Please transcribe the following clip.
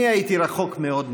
אני הייתי רחוק מאוד מכאן.